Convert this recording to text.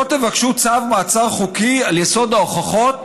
לא תבקשו צו מעצר חוקי על יסוד ההוכחות,